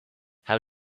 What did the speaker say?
how